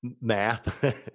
Math